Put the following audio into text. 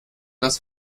das